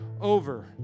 over